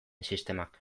sistemak